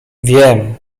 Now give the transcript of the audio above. wiem